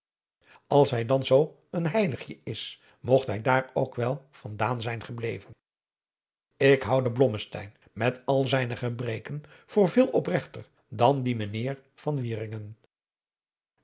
als hij dan zoo een heiligje is mogt hij daar ook wel van daan zijn gebleven ik houde blommesteyn met al zijne gebreken voor veel opregter dan die mijnheer